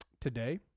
today